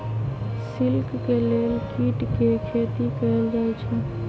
silk के लेल कीट के खेती कएल जाई छई